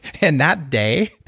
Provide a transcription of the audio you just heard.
and that day,